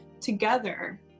together